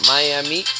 Miami